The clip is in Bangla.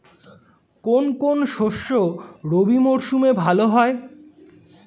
কোন কোন শস্য রবি মরশুমে ভালো হয়?